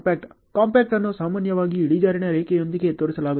compact ಅನ್ನು ಸಾಮಾನ್ಯವಾಗಿ ಇಳಿಜಾರಿನ ರೇಖೆಯೊಂದಿಗೆ ತೋರಿಸಲಾಗುತ್ತದೆ